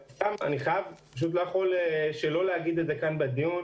אני לא יכול שלא לומר בדיון,